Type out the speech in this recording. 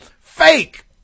fake